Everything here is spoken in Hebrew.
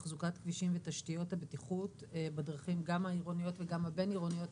תחזוקת כבישים ותשתיות הבטיחות בדרכים גם העירוניות וגם הבין עירוניות,